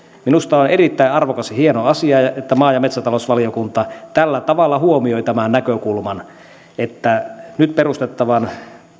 minusta on erittäin arvokas ja hieno asia että maa ja metsätalousvaliokunta tällä tavalla huomioi tämän näkökulman että nyt perustettavan